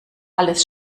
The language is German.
alles